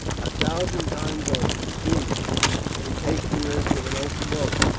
a thousand times over, sooner than take the risk of an open boat.